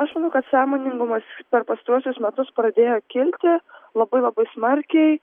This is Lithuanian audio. aš manau kad sąmoningumas per pastaruosius metus pradėjo kilti labai labai smarkiai